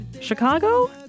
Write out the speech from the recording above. Chicago